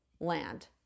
land